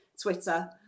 Twitter